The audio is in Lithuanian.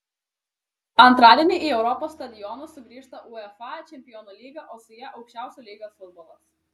antradienį į europos stadionus sugrįžta uefa čempionų lyga o su ja aukščiausio lygio futbolas